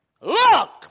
Look